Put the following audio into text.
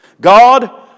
God